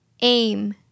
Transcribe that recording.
Aim